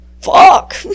Fuck